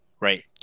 right